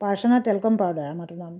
পাৰ্চনা talcum powder আমাৰটোৰ নাম